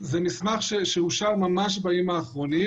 זה מסמך שאושר ממש בימים האחרונים.